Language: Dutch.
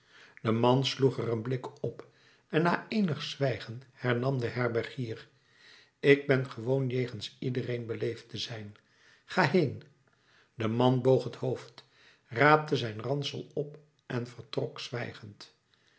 de man sloeg er een blik op en na eenig zwijgen hernam de herbergier ik ben gewoon jegens iedereen beleefd te zijn ga heen de man boog het hoofd raapte zijn ransel op en vertrok zwijgend